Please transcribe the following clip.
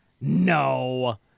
No